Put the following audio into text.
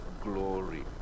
glory